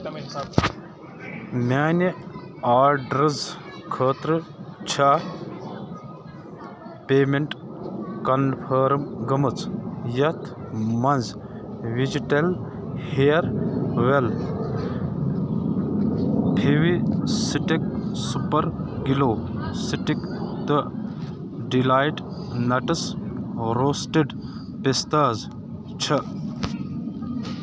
میٛانہِ آرڈرٕس خٲطرٕ چھےٚ پیمٮ۪نٛٹ کنفٲرٕم گٔمٕژ یَتھ مَنٛز vegetal hair oil Fevi stick super glue stick تہٕ ڈِلایٹ نَٹٕس روسٹِڈ پِستاز چھےٚ